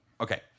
Okay